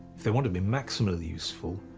they want to be maximally useful,